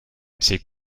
c’est